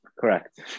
Correct